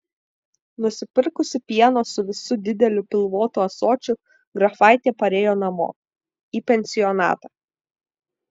nusipirkusi pieno su visu dideliu pilvotu ąsočiu grafaitė parėjo namo į pensionatą